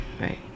right